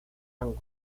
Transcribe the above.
ángulo